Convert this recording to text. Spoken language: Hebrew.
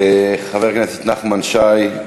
חבר הכנסת נחמן שי,